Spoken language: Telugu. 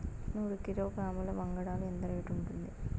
నూరు కిలోగ్రాముల వంగడాలు ఎంత రేటు ఉంటుంది?